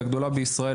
הגדולה בישראל,